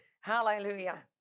Hallelujah